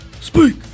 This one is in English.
speak